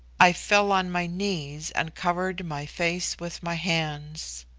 i fell on my knees and covered my face with my hands.